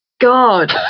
god